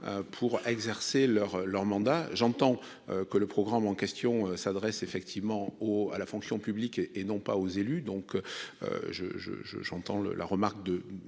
pour exercer leur leur mandat, j'entends que le programme en question s'adresse effectivement au à la fonction publique et non pas aux élus, donc je, je, je, j'entends le la remarque de